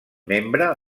membre